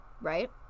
right